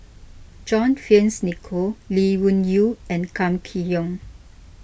John Fearns Nicoll Lee Wung Yew and Kam Kee Yong